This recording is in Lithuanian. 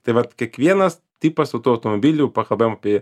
tai vat kiekvienas tipas auto automobilių pakabėm apie